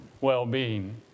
well-being